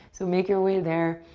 so make your way there.